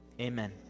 amen